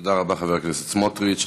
תודה רבה, חבר הכנסת סמוטריץ.